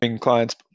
clients